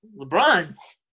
LeBron's